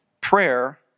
Prayer